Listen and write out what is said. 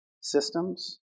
Systems